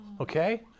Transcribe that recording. okay